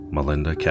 Melinda